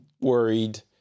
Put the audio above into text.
worried